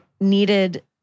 needed